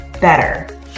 better